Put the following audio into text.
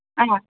ആണോ